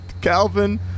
Calvin